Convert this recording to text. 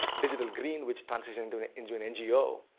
digital green which transitioned into an into an ngo.